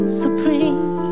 supreme